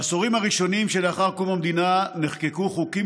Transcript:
בעשורים הראשונים שלאחר קום המדינה נחקקו חוקים